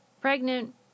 pregnant